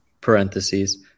parentheses